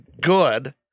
good